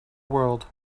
world